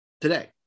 Today